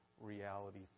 reality